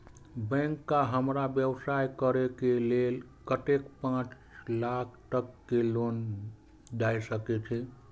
Bank का हमरा व्यवसाय करें के लेल कतेक पाँच लाख तक के लोन दाय सके छे?